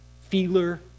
feeler